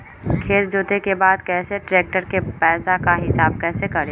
खेत जोते के बाद कैसे ट्रैक्टर के पैसा का हिसाब कैसे करें?